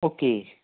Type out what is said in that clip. okay